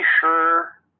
sure